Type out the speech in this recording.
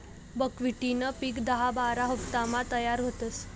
बकव्हिटनं पिक दहा बारा हाफतामा तयार व्हस